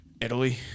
Italy